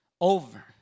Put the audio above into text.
over